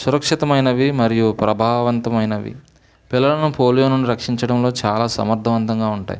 సురక్షితమైనవి మరియు ప్రభావవంతమైనవి పిల్లలను పోలియో నుండి రక్షించడంలో చాలా సమర్థవంతంగా ఉంటాయి